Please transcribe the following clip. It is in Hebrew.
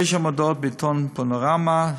תשע מודעות בעיתון "פנורמה",